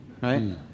Right